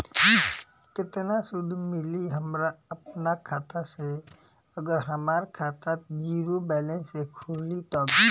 केतना सूद मिली हमरा अपना खाता से अगर हमार खाता ज़ीरो बैलेंस से खुली तब?